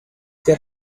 get